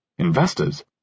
Investors